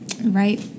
right